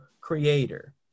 creator